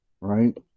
right